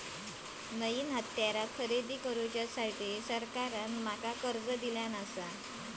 नईन हत्यारा खरेदी करुसाठी सरकारान माका कर्ज दिल्यानं आसा